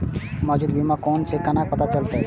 मौजूद बीमा कोन छे केना पता चलते?